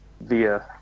via